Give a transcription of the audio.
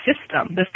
system